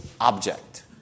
object